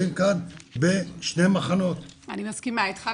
כאן בשני מחנות --- אני מסכימה איתך,